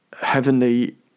heavenly